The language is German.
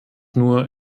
nur